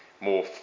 more